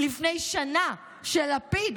לפני שנה לפיד,